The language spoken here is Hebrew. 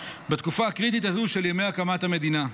בתקופה הקריטית הזו של ימי הקמת המדינה.